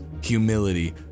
humility